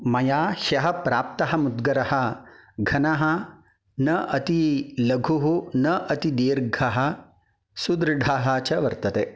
मया ह्यः प्राप्तः मुद्गरः घनः न अतिलघुः न अतिदीर्घः सुदृढः च वर्तते